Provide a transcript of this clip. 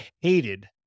hated